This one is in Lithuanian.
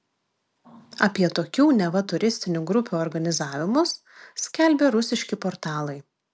apie tokių neva turistinių grupių organizavimus skelbė rusiški portalai